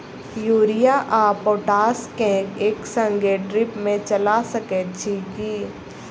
Urea आ potash केँ एक संगे ड्रिप मे चला सकैत छी की?